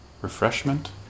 refreshment